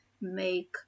make